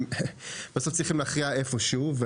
בסוף צריכים להכריע איפשהו.